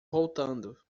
voltando